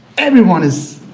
everyone is,